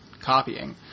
copying